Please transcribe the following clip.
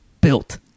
built